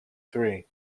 three